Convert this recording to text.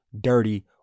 dirty